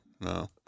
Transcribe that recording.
no